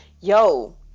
yo